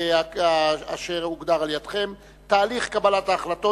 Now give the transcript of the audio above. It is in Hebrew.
אשר הוגדר על-ידכם: תהליך קבלת ההחלטות,